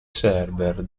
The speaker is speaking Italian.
server